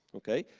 okay,